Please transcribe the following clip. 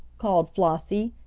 called flossie,